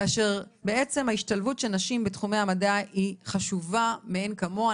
כאשר בעצם ההשתלבות של נשים ונערות במדע היא חשובה מאין כמוה.